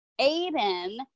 Aiden